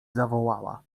zawołała